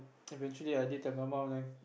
eventually I did tell my mum then